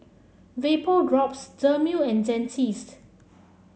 Vapodrops Dermale and Dentiste